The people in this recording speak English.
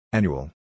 Annual